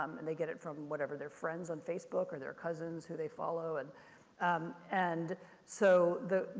um and they get it from whatever their friends on facebook or their cousins who they follow. and um and so the,